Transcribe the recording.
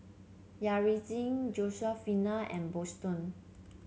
Yaretzi Josefina and Boston